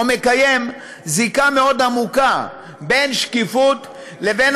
או מקיים קשר מאוד עמוק בין שקיפות לבין